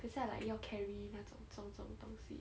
等下 like 要 carry 那种重重东西